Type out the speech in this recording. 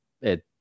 It